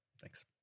Thanks